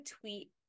tweet